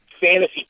fantasy